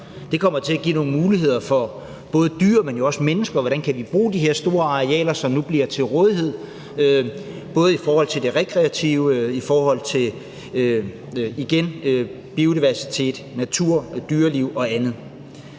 Det kommer til at give nogle muligheder for både dyr, men jo også mennesker – hvordan kan vi bruge de her store arealer, som nu bliver til rådighed, både i forhold til det rekreative og igen i forhold til biodiversiteten, naturen, dyrelivet og andet?